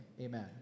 amen